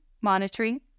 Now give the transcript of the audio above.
monitoring